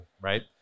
right